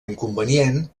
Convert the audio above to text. inconvenient